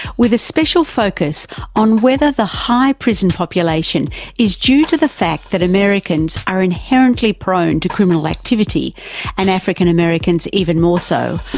with a special focus on whether the high prison population is due to the fact that americans are inherently prone to criminal activities and african-americans even more so,